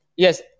Yes